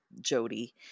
Jody